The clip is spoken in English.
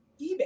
eBay